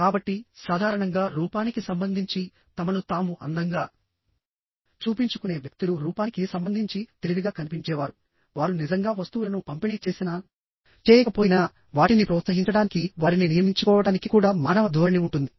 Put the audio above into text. కాబట్టి సాధారణంగా రూపానికి సంబంధించి తమను తాము అందంగా చూపించుకునే వ్యక్తులు రూపానికి సంబంధించి తెలివిగా కనిపించేవారు వారు నిజంగా వస్తువులను పంపిణీ చేసినాచేయకపోయినావాటిని ప్రోత్సహించడానికివారిని నియమించుకోవడానికి కూడా మానవ ధోరణి ఉంటుంది